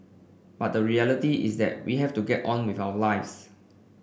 but the reality is that we have to get on with our lives